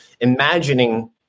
imagining